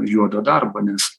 juodo darbo nes